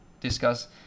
discuss